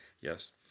Yes